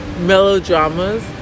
melodramas